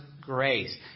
Grace